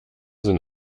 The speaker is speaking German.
sind